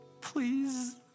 Please